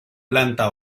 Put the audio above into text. planta